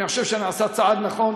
אני חושב שנעשה צעד נכון.